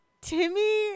Timmy